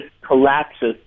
collapses